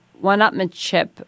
one-upmanship